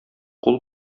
кул